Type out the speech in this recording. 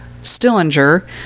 Stillinger